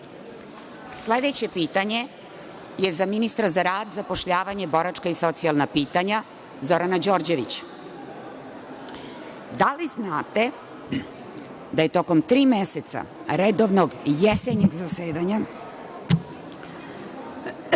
Srbije. Sledeće pitanje je za ministra zar rad, zapošljavanje, boračka i socijalna pitanja Zorana Đorđevića – da li znate da je tokom tri meseca redovnog jesenjeg zasedanja…Jel